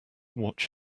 watch